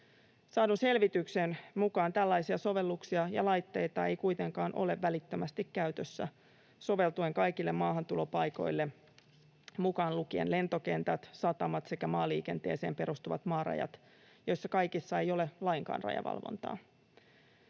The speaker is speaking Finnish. Saadun selvityksen mukaan tällaisia sovelluksia ja laitteita ei kuitenkaan ole välittömästi käytössä soveltuen kaikille maahantulopaikoille mukaan lukien lentokentät, satamat sekä maaliikenteeseen perustuvat maarajat, joissa kaikissa ei ole lainkaan rajavalvontaa.